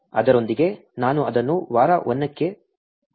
ಅದರೊಂದಿಗೆ ನಾನು ಇದನ್ನು ವಾರ 1 ಕ್ಕೆ ಮುಗಿಸುತ್ತೇನೆ